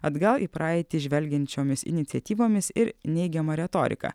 atgal į praeitį žvelgiančiomis iniciatyvomis ir neigiama retorika